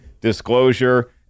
Disclosure